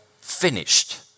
finished